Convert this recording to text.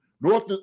north